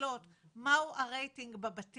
לקלוט מה הוא הרייטינג בבתים